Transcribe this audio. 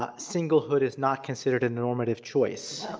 ah singlehood is not considered a normative choice.